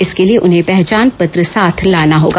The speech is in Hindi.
इसके लिए उन्हें पहचान पत्र साथ लाना होगा